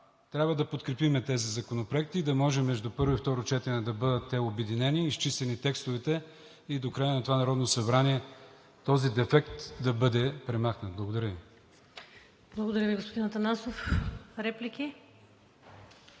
Трябва да подкрепим тези законопроекти и да могат между първо и второ четене да бъдат обединени, изчистени текстовете и до края на това Народно събрание този дефект да бъде премахнат. Благодаря Ви. ПРЕДСЕДАТЕЛ ВИКТОРИЯ ВАСИЛЕВА: Благодаря Ви, господин Атанасов. Реплики?